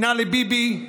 שנאה לביבי,